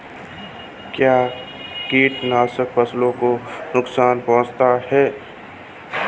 क्या कीटनाशक फसलों को नुकसान पहुँचाते हैं?